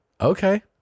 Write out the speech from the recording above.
okay